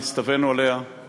על כן, כל עם,